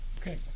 Okay